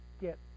get